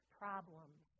problems